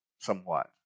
somewhat